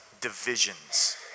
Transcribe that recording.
divisions